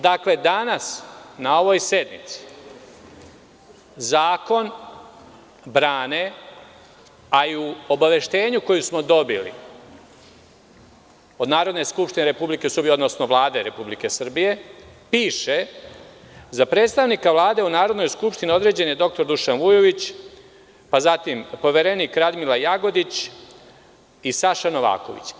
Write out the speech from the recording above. Dakle, danas na ovoj sednici zakon brane, a i u obaveštenju koje smo dobili od Narodne skupštine Republike Srbije, odnosno Vlade Republike Srbije, piše – za predstavnika Vlade u Narodnoj skupštini određen je dr Dušan Vujović, pa zatim poverenik Radmila Jagodić i Saša Novaković.